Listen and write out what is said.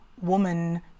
woman